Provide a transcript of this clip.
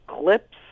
clips